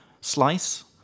slice